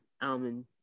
Almond